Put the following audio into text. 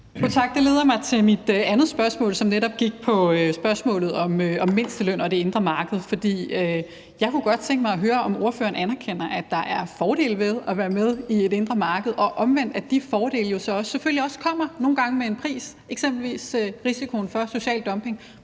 Det leder mig til mit andet spørgsmål, som netop går på spørgsmålet om mindsteløn og det indre marked. For jeg kunne godt tænke mig høre, om ordføreren anerkender, at der er fordele ved at være med i et indre marked, og omvendt at de fordele jo så selvfølgelig også nogle gange kommer med en pris, eksempelvis risikoen for social dumping.